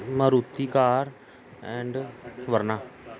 Maruti car and Verna